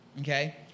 Okay